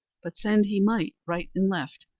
but send he might right and left,